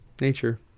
Nature